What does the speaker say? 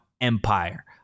Empire